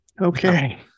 Okay